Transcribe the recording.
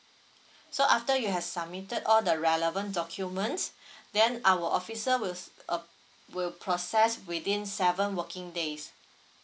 so after you have submitted all the relevant documents then our officer was uh will process within seven working days